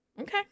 Okay